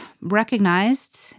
recognized